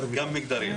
גם מגדרי.